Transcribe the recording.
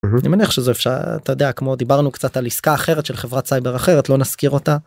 אני מניח שזה אפשר אתה יודע כמו דיברנו קצת על עסקה אחרת של חברה צייבר אחרת לא נזכיר אותה.